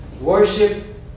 worship